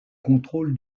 contrôle